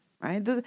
right